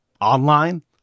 online